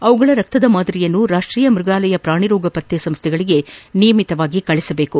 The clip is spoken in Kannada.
ಅವುಗಳ ರಕ್ತದ ಮಾದರಿಯನ್ನು ರಾಷ್ಟೀಯ ಮೃಗಾಲಯ ಪ್ರಾಣಿರೋಗ ಪತ್ತೆ ಸಂಸ್ಥೆಗಳಗೆ ನಿಯಮಿತವಾಗಿ ಕಳುಹಿಸಬೇಕು